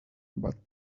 but